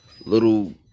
little